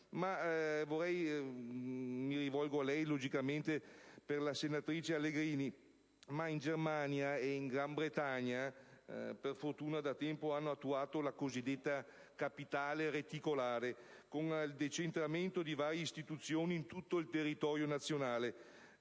Francisco. Mi rivolgo a lei, logicamente, in assenza della senatrice Allegrini. In Germania e in Gran Bretagna, per fortuna, da tempo hanno attuato la cosiddetta "capitale reticolare", con il decentramento di varie istituzioni in tutto il territorio nazionale.